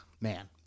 man